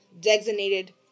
designated